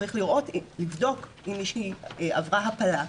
צריך לבדוק אם מישהי עברה הפלה,